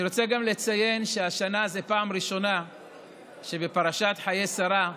אני רוצה גם לציין שהשנה זו הפעם הראשונה שבפרשת חיי שרה,